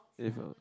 if a